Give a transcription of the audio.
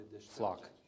flock